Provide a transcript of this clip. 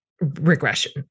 regression